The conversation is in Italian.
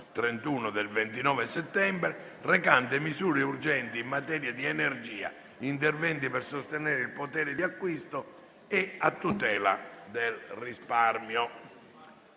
2023, n. 131, recante misure urgenti in materia di energia, interventi per sostenere il potere di acquisto e a tutela del risparmio